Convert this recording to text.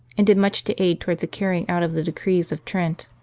and did much to aid towards the carrying out of the decrees of trent.